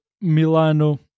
Milano